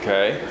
Okay